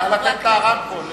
נא לתת לה רמקול.